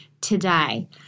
today